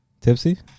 tipsy